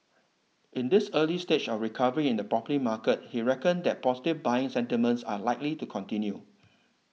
in this early stage of recovery in the property market he reckoned that positive buying sentiments are likely to continue